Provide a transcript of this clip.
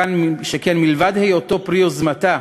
שכן מלבד היותו פרי יוזמתה,